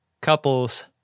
couples